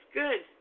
good